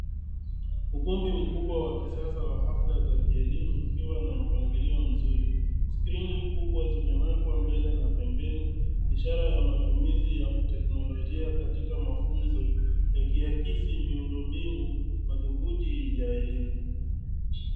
Ukumbi mkubwa wa kisasa wa hafla za kielimu ikiwa na mpangilio mzuri. Skrini kubwa zimewekwa mbele na pembeni ishara ya matimizi ya kiteknolojia katika mafunzo yakiakisi miundo mbinu madhubuti ya elimu.